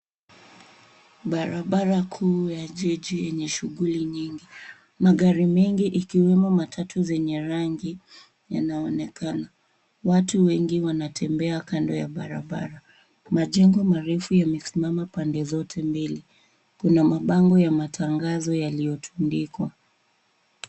Barabara kuu ya jiji yenye shughuli nyingi. Magari mengi ikiwemo matatu zenye rangi yanaonekana. Watu wengi wanatembea kando ya barabara. Majengo marefu yamesimama pande zote mbili. Kuna mabango ya matangazo yaliyotundikwa.